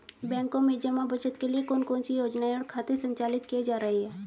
बैंकों में जमा बचत के लिए कौन कौन सी योजनाएं और खाते संचालित किए जा रहे हैं?